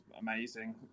amazing